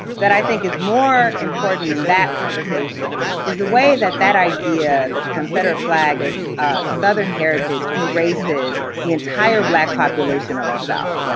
that i think is more important in that conversation is the way that that idea, that the confederate flag is a southern heritage, erases the entire black population of the south.